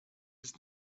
ist